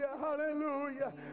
hallelujah